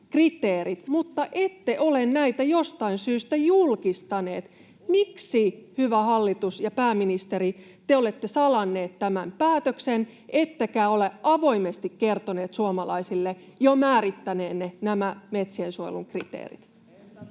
mutta ette ole näitä jostain syystä julkistaneet. Miksi, hyvä hallitus ja pääministeri, te olette salanneet tämän päätöksen ettekä ole avoimesti kertoneet suomalaisille jo määrittäneenne nämä metsien suojelun kriteerit?